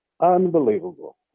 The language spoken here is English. Unbelievable